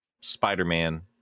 Spider-Man